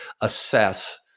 assess